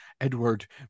edward